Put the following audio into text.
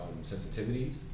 sensitivities